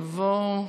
שלישית.